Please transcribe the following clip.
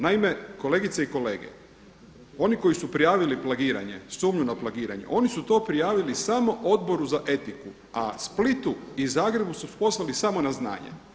Naime, kolegice i kolege, oni koji su prijavili plagiranje sumnju na plagiranje oni su to prijavili samo Odboru za etiku, a Splitu i Zagrebu su poslali samo na znanje.